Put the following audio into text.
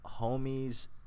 homies